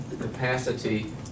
capacity